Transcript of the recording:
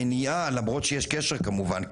המניעה למרות שיש קשר כמובן,